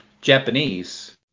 Japanese –